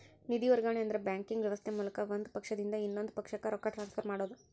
ನಿಧಿ ವರ್ಗಾವಣೆ ಅಂದ್ರ ಬ್ಯಾಂಕಿಂಗ್ ವ್ಯವಸ್ಥೆ ಮೂಲಕ ಒಂದ್ ಪಕ್ಷದಿಂದ ಇನ್ನೊಂದ್ ಪಕ್ಷಕ್ಕ ರೊಕ್ಕ ಟ್ರಾನ್ಸ್ಫರ್ ಮಾಡೋದ್